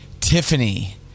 Tiffany